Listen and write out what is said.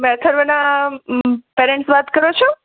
તમે અથર્વના પેરેન્ટ્સ વાત કરો છો